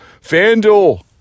FanDuel